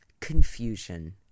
confusion